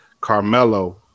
Carmelo